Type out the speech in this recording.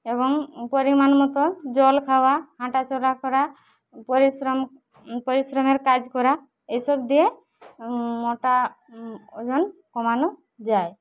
এবং পরিমাণ মতো জল খাওয়া হাঁটাচলা করা পরিশ্রম পরিশ্রমের কাজ করা এসব দিয়ে মোটা ওজন কমানো যায়